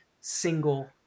single